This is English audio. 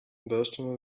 bursting